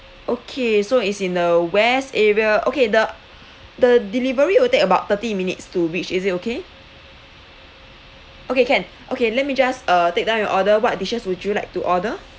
okay so it's in the west area okay the the delivery will take about thirty minutes to reach is it okay okay can okay let me just uh take down you order what dishes would you like to order